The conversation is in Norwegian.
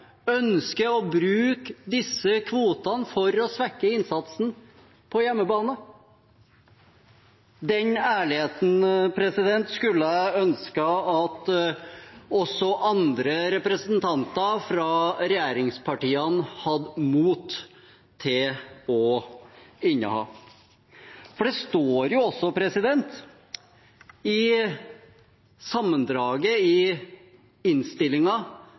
å bruke disse kvotene for å svekke innsatsen på hjemmebane. Den ærligheten skulle jeg ønske at også andre representanter fra regjeringspartiene hadde mot til å inneha. Det står jo også i sammendraget i